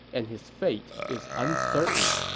and his fate is uncertain.